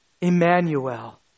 Emmanuel